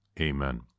Amen